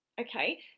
Okay